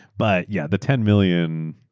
but yeah the ten million,